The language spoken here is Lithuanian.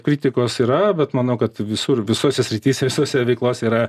kritikos yra bet manau kad visur visose srityse visose veiklose yra